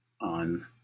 on